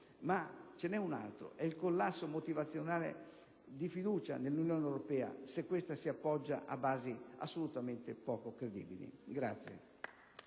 ma ce n'è un altro: è il collasso motivazionale di fiducia nell'Unione europea, se questa si appoggia a basi assolutamente poco credibili.